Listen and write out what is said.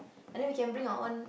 and we can bring our own